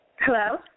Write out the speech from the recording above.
Hello